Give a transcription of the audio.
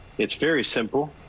it's very simple.